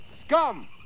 Scum